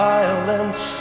Violence